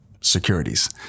securities